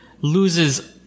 loses